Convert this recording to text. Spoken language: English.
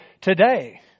today